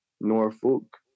Norfolk